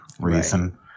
reason